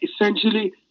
essentially